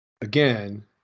again